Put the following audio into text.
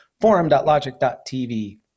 forum.logic.tv